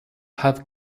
have